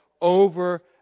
over